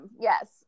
Yes